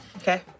Okay